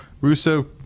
russo